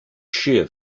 shear